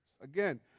Again